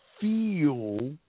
feel